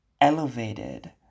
elevated